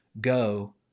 go